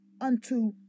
unto